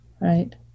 Right